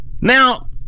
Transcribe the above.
Now